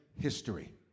history